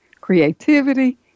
creativity